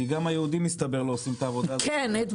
גם היהודים מסתבר לא עושים את העבודה.